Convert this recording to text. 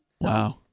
Wow